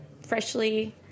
freshly